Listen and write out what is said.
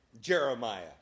Jeremiah